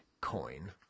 coin